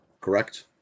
correct